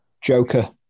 Joker